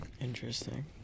Interesting